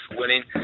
winning